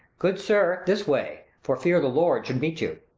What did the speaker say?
good sir, this way, for fear the lord should meet you.